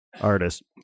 Artist